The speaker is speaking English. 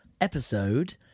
episode